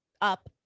up